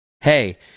hey